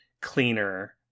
cleaner